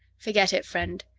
forget it, friend.